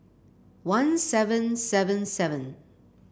one seven seven seven